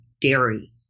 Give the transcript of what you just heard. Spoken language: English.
dairy